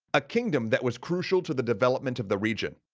a kingdom that was crucial to the development of the region.